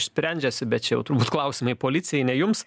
sprendžiasi bet čia jau turbūt klausimai policijai ne jums